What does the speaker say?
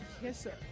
kisser